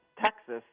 Texas